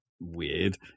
weird